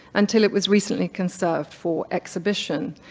until it was recently conserved for exhibition.